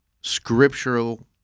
scriptural